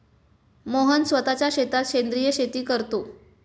मोहन स्वतःच्या शेतात सेंद्रिय शेती करतो